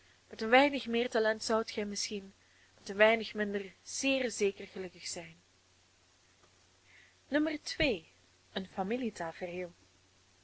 een weinig meer talent zoudt gij misschien met een weinig minder zeer zeker gelukkig zijn n een familietafereel